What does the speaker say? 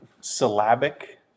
syllabic